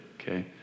okay